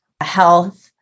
health